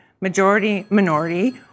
majority-minority